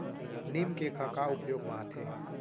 नीम cake ह का उपयोग मा आथे?